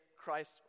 Christ